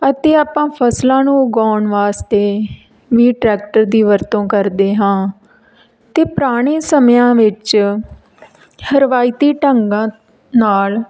ਅਤੇ ਆਪਾਂ ਫ਼ਸਲਾਂ ਨੂੰ ਉਗਾਉਣ ਵਾਸਤੇ ਵੀ ਟਰੈਕਟਰ ਦੀ ਵਰਤੋਂ ਕਰਦੇ ਹਾਂ ਅਤੇ ਪੁਰਾਣੇ ਸਮਿਆਂ ਵਿੱਚ ਰਵਾਇਤੀ ਢੰਗਾਂ ਨਾਲ